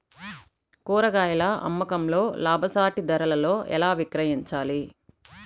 కూరగాయాల అమ్మకంలో లాభసాటి ధరలలో ఎలా విక్రయించాలి?